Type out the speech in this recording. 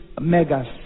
megas